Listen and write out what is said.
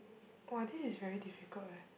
!wah! this is very difficult eh